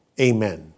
amen